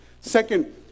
second